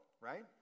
right